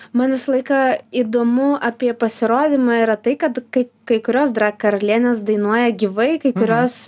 man visą laiką įdomu apie pasirodymą yra tai kad kai kai kurios drag karalienės dainuoja gyvai kai kurios